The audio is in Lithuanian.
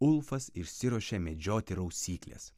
ulfas išsiruošė medžioti rausyklės